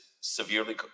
severely